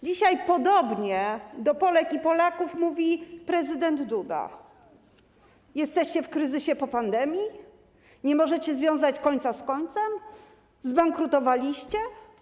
Dzisiaj podobnie do Polek i Polaków mówi prezydent Duda: Jesteście w kryzysie po pandemii, nie możecie związać końca z końcem, zbankrutowaliście?